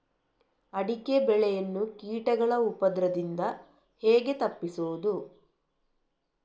ಅಡಿಕೆ ಬೆಳೆಯನ್ನು ಕೀಟಗಳ ಉಪದ್ರದಿಂದ ಹೇಗೆ ತಪ್ಪಿಸೋದು?